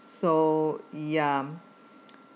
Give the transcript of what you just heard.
so ya